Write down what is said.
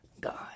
God